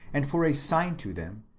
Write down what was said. and for a sign to them.